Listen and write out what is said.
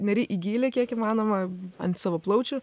neri į gylį kiek įmanoma ant savo plaučių